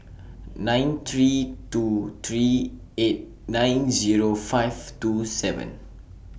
nine three two three eight nine Zero five two seven